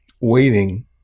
waiting